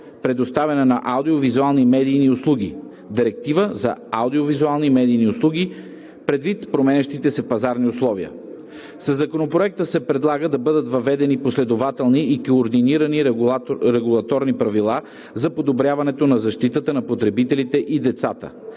предоставянето на аудиовизуални медийни услуги (Директива за аудиовизуалните медийни услуги), предвид променящите се пазарни условия. Със Законопроекта се предлага да бъдат въведени последователни и координирани регулаторни правила за подобряването на защитата на потребителите и децата.